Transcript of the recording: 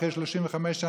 אחרי 35 שנה,